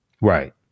Right